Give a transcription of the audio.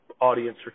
audience